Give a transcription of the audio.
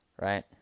right